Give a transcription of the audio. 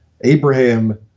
abraham